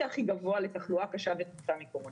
הכי גבוה לתחלואה קשה כתוצאה מקורונה.